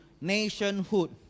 nationhood